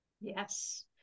Yes